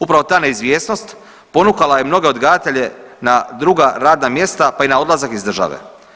Upravo ta neizvjesnost ponukala je mnoge odgajatelje na druga radna mjesta pa i na odlazak iz države.